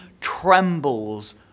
trembles